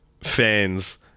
fans